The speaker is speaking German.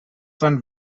san